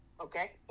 okay